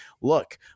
Look